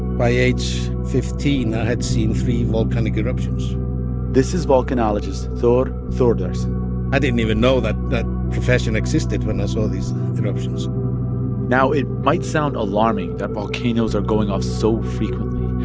by age fifteen, i had seen three volcanic eruptions this is volcanologist thor thordarson i didn't even know that that profession existed when i saw these eruptions now, it might sound alarming that volcanoes are going off so frequently,